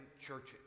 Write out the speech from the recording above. churches